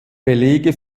belege